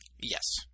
Yes